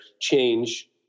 change